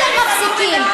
אתם מפסיקים,